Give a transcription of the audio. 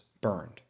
burned